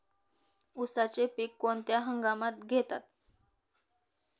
उसाचे पीक कोणत्या हंगामात घेतात?